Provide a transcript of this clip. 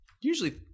usually